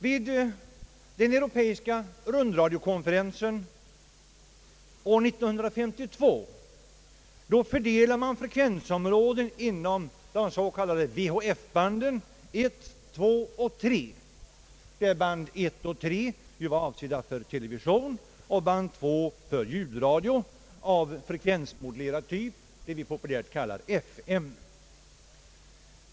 Vid den europeiska rundradiokonferensen år 1952 fördelades frekvensområden inom de s.k. VHF-banden I, II och III, varvid band I och III var avsedda för TV och band II för ljudradio av frekvensmodulerad typ, det vi populärt kallar FM.